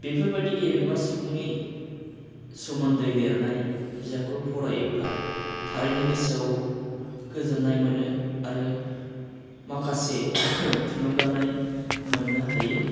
बेफोरबायदि गेदेमा सुबुंनि सोमोन्दै लिरनाय बिजाबखौ फरायोब्ला थारैनो गोसोआव गोजोन्नाय मोनो आरो माखासे थुलुंगानाय मोननो हायो